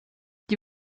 die